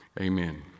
amen